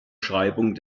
schreibung